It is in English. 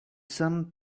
sun